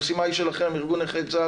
המשימה של ארגון נכי צה"ל,